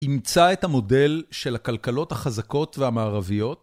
אימצה את המודל של הכלכלות החזקות והמערביות?